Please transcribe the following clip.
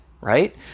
right